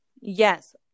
Yes